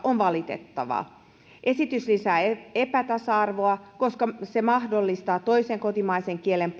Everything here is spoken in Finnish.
on valitettava esitys lisää epätasa arvoa koska se mahdollistaa toisen kotimaisen kielen